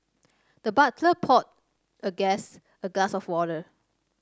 the butler poured the guest a glass of water